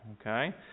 Okay